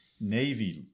Navy